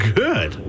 good